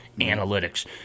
analytics